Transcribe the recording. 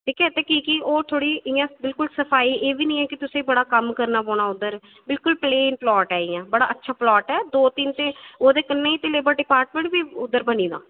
की ओह् इंया सफाई बिलकुल एह् बी निं ऐ की तुसें बड़ा कम्म करना पौना उद्धर बड़ा प्लेन प्लॉट ऐ बड़ा अच्छा प्लॉट ऐ इंया ओह् ते डिपार्टमेंट बी उद्धर बनी गेदा